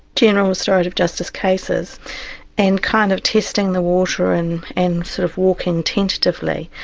general restorative justice cases and kind of testing the water and and sort of walking tentatively.